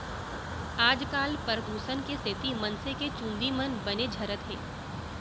आजकाल परदूसन के सेती मनसे के चूंदी मन बने झरत हें